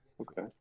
Okay